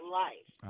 life